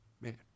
Man